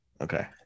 Okay